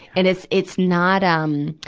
and it's, it's not, um,